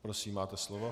Prosím, máte slovo.